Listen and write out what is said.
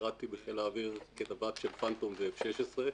שירתי בחיל האוויר כנווט של פנטום ו-F-16,